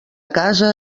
casa